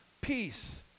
Peace